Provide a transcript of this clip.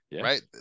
Right